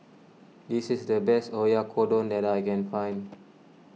this is the best Oyakodon that I can find